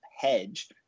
hedge